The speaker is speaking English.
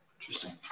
interesting